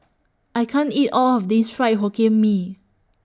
I can't eat All of This Fried Hokkien Mee